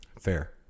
Fair